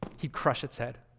he'd crush its head.